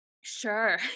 Sure